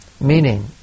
meaning